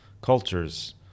cultures